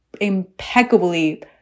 impeccably